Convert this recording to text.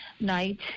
night